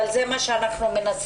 אבל זה מה שאנחנו מנסים